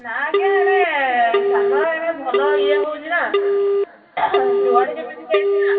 ନା ଆଜ୍ଞା ଏଣେ ଶ୍ୟାମଳା ଏଣେ ଭଲ ଇଏ ହେଉଛି ନା ଯୁଆଡ଼େ ଯେମିତିି ରେଟ୍ ନା